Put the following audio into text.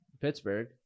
Pittsburgh